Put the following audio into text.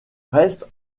reste